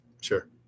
sure